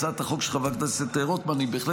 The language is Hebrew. הצעת החוק של חבר הכנסת רוטמן בהחלט